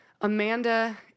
Amanda